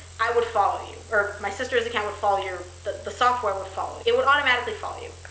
i would follow you, or my sister's account would follow your. the the software would follow. it would automatically follow you,